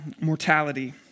mortality